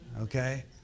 Okay